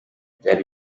byari